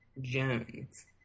Jones